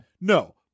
No